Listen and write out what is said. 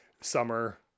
summer